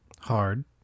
hard